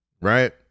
Right